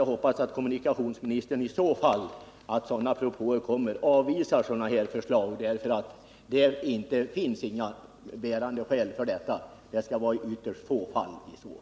Jag hoppas därför att kommunikationsministern avvisar de propåer i denna riktning som kan komma att föras fram, för det finns inte några bärande skäl för sådana här indragningar.